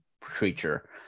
creature